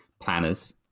planners